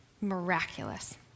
miraculous